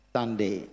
Sunday